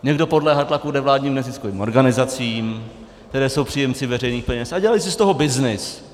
Někdo podléhá tlaku nevládních neziskových organizací, které jsou příjemci veřejných peněz a dělají si z toho byznys.